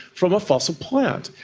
from a fossil plants.